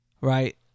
Right